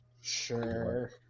Sure